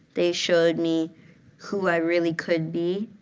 they showed me who i really could be,